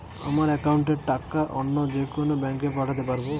আমার একাউন্টের টাকা অন্য যেকোনো ব্যাঙ্কে পাঠাতে পারব?